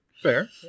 Fair